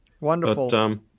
Wonderful